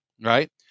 Right